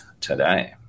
today